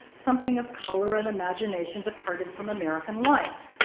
something of color and imagination departed from american life.